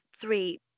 three